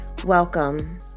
Welcome